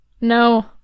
no